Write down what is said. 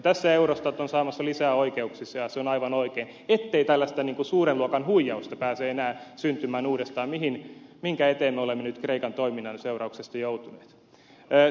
tässä eurostat on saamassa lisää oikeuksia ja se on aivan oikein ettei tällaista niin suuren luokan huijausta pääse enää uudestaan syntymään tällaista suuren luokan huijausta minkä eteen me olemme nyt kreikan toiminnan seurauksena joutuneet